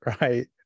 right